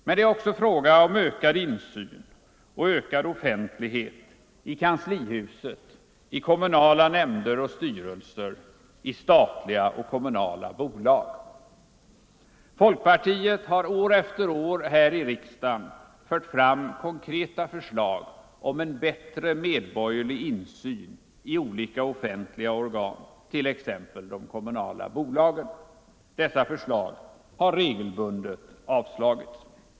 Men det är också fråga om ökad insyn och ökad offentlighet i kanslihuset, i kommunala nämnder och styrelser och i statliga och kommunala bolag. Folkpartiet har år efter år här i riksdagen fört fram konkreta förslag om en bättre medborgerlig insyn i olika offentliga organ, t.ex. de kommunala bolagen. Dessa förslag har regelbundet avvisats.